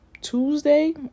tuesday